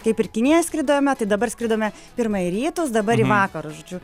kaip ir kiniją skridome tai dabar skridome pirma į rytus dabar į vakarus žodžiu